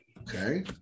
Okay